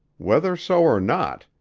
whether so or not,